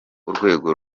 urwego